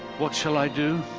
what shall i do?